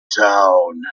town